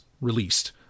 released